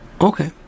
Okay